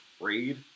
afraid